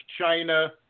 China